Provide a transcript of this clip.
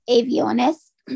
Aviones